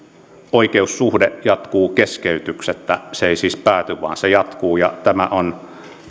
oikeussuhde jatkuu keskeytyksettä se ei siis pääty vaan se jatkuu ja tämä on